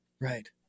Right